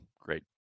Great